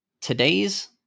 today's